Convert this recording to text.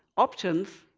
options,